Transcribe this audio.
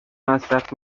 مصرف